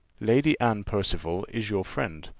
lady anne percival is your friend,